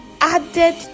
added